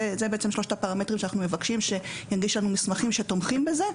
אלה בעצם שלושת הפרמטרים שאנחנו מבקשים שיגישו לנו מסמכים שתומכים בהם.